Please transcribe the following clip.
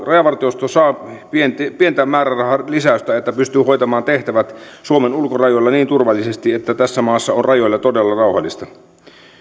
rajavartiosto saa pientä määrärahalisäystä että pystyy hoitamaan tehtävät suomen ulkorajoilla niin turvallisesti että tässä maassa on rajoilla todella rauhallista